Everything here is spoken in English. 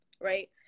right